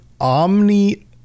omni